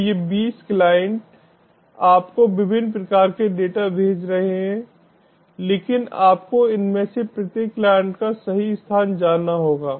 तो ये 20 क्लाइंट आपको विभिन्न प्रकार के डेटा भेज रहे हैं लेकिन आपको इनमें से प्रत्येक क्लाइंट का सही स्थान जानना होगा